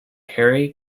harry